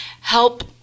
help